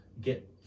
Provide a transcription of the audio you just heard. get